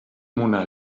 mona